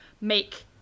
make